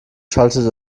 schaltete